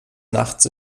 nachts